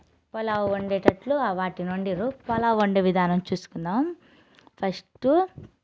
పలావు వండేటప్పుడు ఆ వాటినుండదు పలావ్ వండే విధానం చూసుకుందాం ఫస్ట్